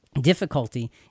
difficulty